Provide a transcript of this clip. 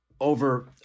over